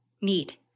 need